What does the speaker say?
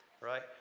right